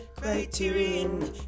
Criterion